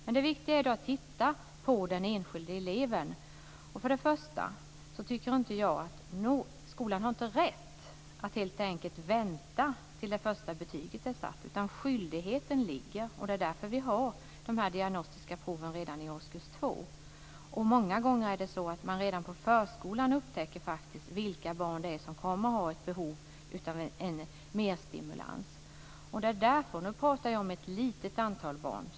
Men det viktiga är att man tittar på den enskilde eleven. Skolan har inte rätt att vänta till det första betyget är satt. Det finns en skyldighet, och det är därför vi har diagnostiska prov redan i årskurs 2. Många gånger upptäcker man faktiskt redan på förskolan vilka barn som har behov av mer stimulans. Nu pratar jag om ett litet antal barn.